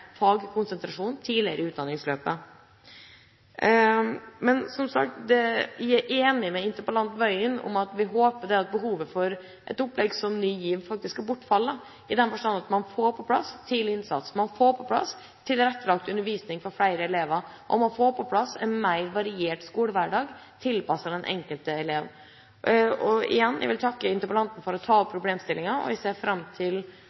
fagkonsentrasjon tidligere i utdanningsløpet. Som sagt, jeg er enig med interpellanten, Tingelstad Wøien: Vi håper at behovet for et opplegg som Ny GIV skal bortfalle, i den forstand at man får på plass tidlig innsats, tilrettelagt undervisning for flere elever og en mer variert skolehverdag, tilpasset den enkelte elev. Igjen: Jeg vil takke interpellanten for å ta opp problemstillingen. Jeg ser fram til